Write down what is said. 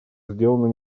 сделанным